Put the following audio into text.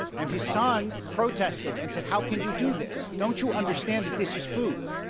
and his son protested and said how can you do this? don't you understand that this is food?